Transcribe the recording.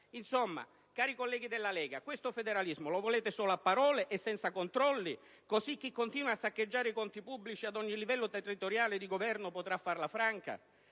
Insomma, cari colleghi della Lega, questo federalismo lo volete solo a parole e senza controlli, così chi continua a saccheggiare i conti pubblici ad ogni livello territoriale di governo potrà farla franca?